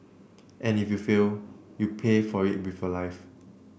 and if you fail you pay for it before life